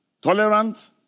tolerant